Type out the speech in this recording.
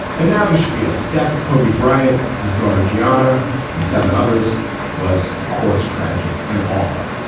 and now the schpiel, the death of kobe bryant, his daughter gianna and seven others was, of course, tragic and awful.